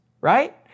right